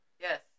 yes